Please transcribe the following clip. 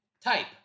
Type